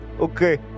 okay